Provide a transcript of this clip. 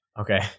okay